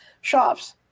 shops